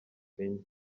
enye